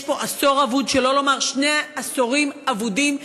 יש פה עשור אבוד, שלא לומר שני עשורים אבודים.